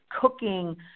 cooking